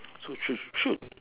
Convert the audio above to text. so should should